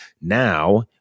Now